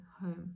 home